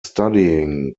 studying